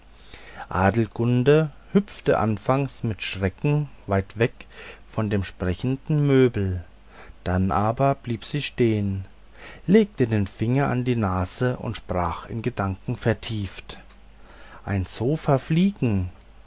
adelgunde hüpfte anfangs mit schrecken weit weg von dem sprechenden möbel dann aber blieb sie stehn legte den finger an die nase und sprach in gedanken vertieft ein sofa fliegen